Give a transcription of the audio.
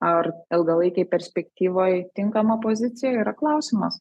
ar ilgalaikėj perspektyvoj tinkama pozicija yra klausimas